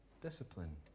discipline